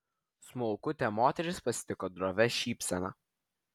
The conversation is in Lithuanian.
smulkutė moteris pasitiko drovia šypsena